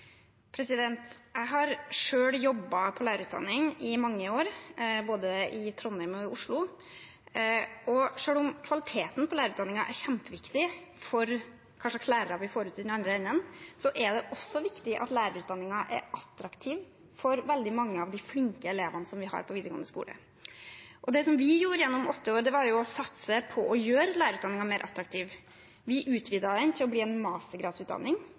mange år, både i Trondheim og i Oslo. Selv om kvaliteten på lærerutdanningen er kjempeviktig for hva slags lærere vi får ut i den andre enden, er det også viktig at lærerutdanningen er attraktiv for veldig mange av de flinke elevene vi har på videregående skole. Det vi gjorde gjennom åtte år, var å satse på å gjøre lærerutdanningen mer attraktiv. Vi utvidet den til å bli en